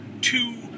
two